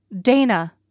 Dana